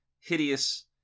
hideous